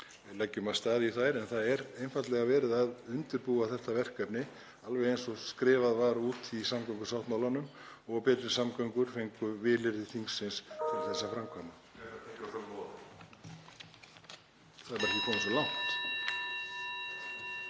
við leggjum af stað í þær. En það er einfaldlega verið að undirbúa þetta verkefni alveg eins og skrifað var út í samgöngusáttmálanum og Betri samgöngur fengu vilyrði þingsins til þess að framkvæma.(Gripið fram í.) Það er bara ekki komið svo langt.